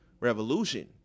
revolution